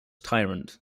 tyrant